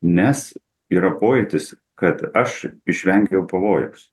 nes yra pojūtis kad aš išvengiau pavojaus